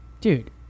Dude